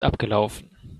abgelaufen